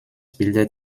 bildet